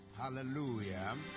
hallelujah